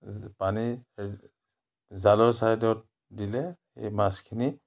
পানী জালৰ ছাইডত দিলে এই মাছখিনি